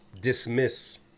dismiss